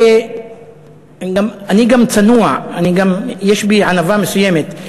אני גם צנוע, יש בי ענווה מסוימת.